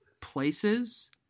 places